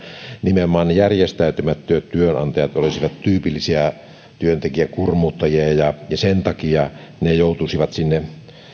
nimenomaan järjestäytymättömät työnantajat olisivat tyypillisiä työntekijän kurmuuttajia ja ja sen takia ne joutuisivat